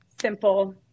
simple